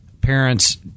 Parents